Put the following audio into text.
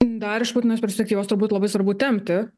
dar iš putino perspektyvos turbūt labai svarbu tempti